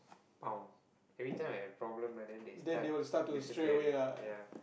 oh every time I have problem right then they start disappearing ya